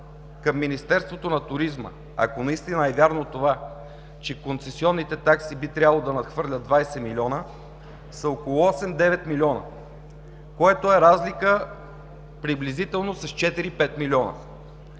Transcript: към Министерството на туризма, ако наистина е вярно това, че концесионните такси би трябвало да надхвърлят 20 милиона, са около 8-9 милиона, което е разлика приблизително с 4-5 милиона.